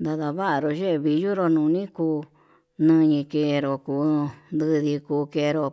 Nadavanró yee yinroro nduni kuu noñi kenro kuu ndudi kuu kenro,